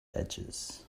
edges